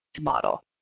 model